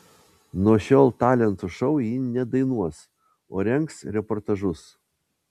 nuo šiol talentų šou ji nedainuos o rengs reportažus